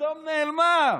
פתאום נעלמה.